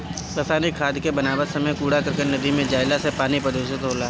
रासायनिक खाद के बनावत समय कूड़ा करकट नदी में जईला से पानी प्रदूषित होला